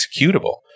executable